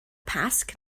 pasg